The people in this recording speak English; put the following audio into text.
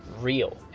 real